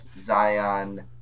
Zion